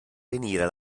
venire